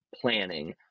planning